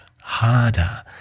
harder